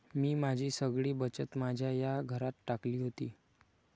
मी माझी सगळी बचत माझ्या या घरात टाकली होती